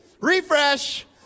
refresh